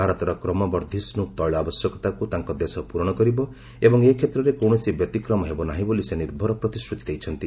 ଭାରତର କ୍ରମବର୍ଦ୍ଧିଷ୍ଟୁ ତେଳ ଆବଶ୍ୟକତାକୁ ତାଙ୍କ ଦେଶ ପ୍ରରଣ କରିବ ଏବଂ ଏ କ୍ଷେତ୍ରରେ କୌଣସି ବ୍ୟତିକ୍ରମ ହେବ ନାହିଁ ବୋଲି ସେ ନିର୍ଭର ପ୍ରତିଶ୍ରତି ଦେଇଛନ୍ତି